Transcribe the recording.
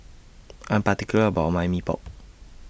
I'm particular about My Mee Pok